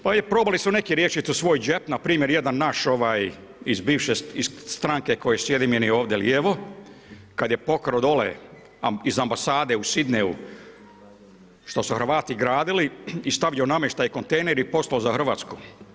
Pa probali su neki riješiti svoj džep npr. jedan naš, ovaj iz bivše, iz stranke koji sjedi meni ovdje lijevo, kada je pokrao dole iz ambasade u Sydney što su Hrvati gradili i stavio namještaj i kontejner i poslao za Hrvatsku.